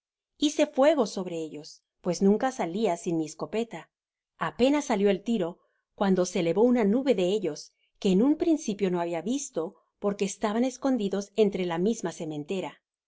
hice fuego sobre ellos pues nunca salia sin mi escopeta apenas salio el tiro cuando se elevó una nube de ellos que en un principio no habia visto porque estaban escondidos entre la misma sementera